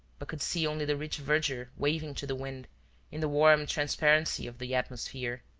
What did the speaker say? but could see only the rich verdure waving to the wind in the warm transparency of the atmosphere.